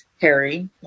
Harry